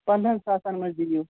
پَنٛدہن ساسَن منٛز دِیِو